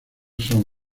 son